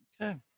Okay